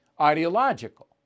ideological